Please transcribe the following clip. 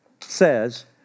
says